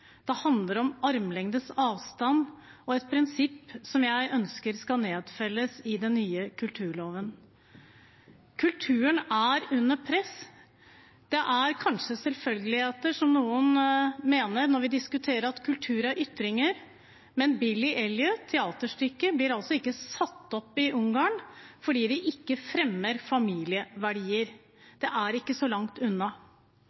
det handler om armlengdes avstand, et prinsipp som jeg ønsker skal nedfelles i den nye kulturloven. Kulturen er under press. Det er kanskje selvfølgeligheter, som noen mener, når vi diskuterer at kultur er ytringer, men teaterstykket «Billy Elliot» blir altså ikke satt opp i Ungarn fordi det ikke fremmer familieverdier. Det er ikke så langt unna.